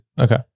Okay